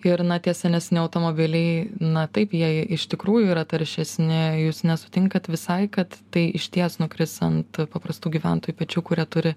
ir na tie senesni automobiliai na taip jie iš tikrųjų yra taršesni jūs nesutinkat visai kad tai išties nukris ant paprastų gyventojų pečių kurie turi